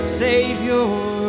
savior